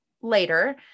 later